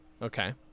Okay